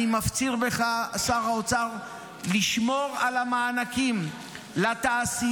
אני מפציר בך לשמור על המענקים לתעשייה